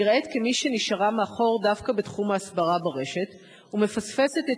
נראית כמי שנשארה מאחור דווקא בתחום ההסברה ברשת ומפספסת את